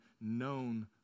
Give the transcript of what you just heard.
known